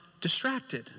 distracted